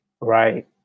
right